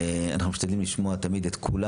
אנחנו משתדלים לשמוע תמיד את כולם,